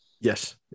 Yes